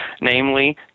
Namely